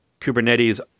Kubernetes